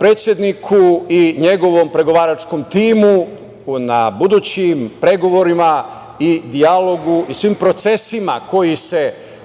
predsedniku i njegovom pregovaračkom timu na budućim pregovorima i dijalogu i svim procesima koji se